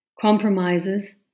compromises